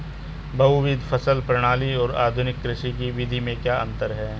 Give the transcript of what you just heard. बहुविध फसल प्रणाली और आधुनिक कृषि की विधि में क्या अंतर है?